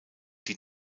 die